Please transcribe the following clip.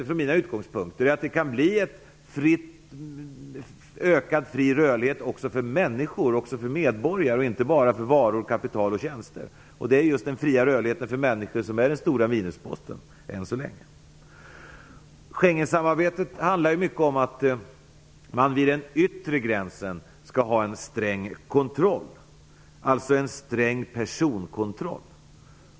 Från mina utgångspunkter är Schengensamarbetets mest positiva sida att det kan bli ökad fri rörlighet också för medborgare och inte bara för varor, kapital och tjänster. Det är just den fria rörligheten för männsikor som än så länge är den stora minusposten. Schengensamarbetet handlar mycket om att man vid den yttre gränsen skall ha en sträng personkontroll.